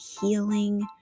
healing